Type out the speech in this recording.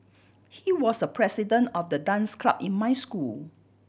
he was the president of the dance club in my school